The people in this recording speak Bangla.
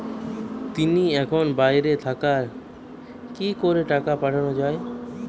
তিনি এখন বাইরে থাকায় কি করে টাকা পাঠানো য়ায়?